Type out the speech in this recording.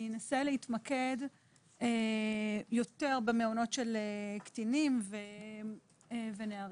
אני אנסה להתמקד יותר במעונות של קטינים ונערים.